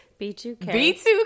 B2K